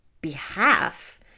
behalf